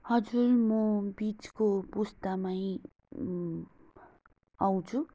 हजुर म बिचको पुस्तामै आउँछु